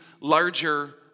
larger